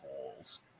holes